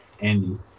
andy